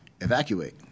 evacuate